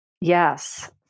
yes